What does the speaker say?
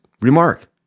remark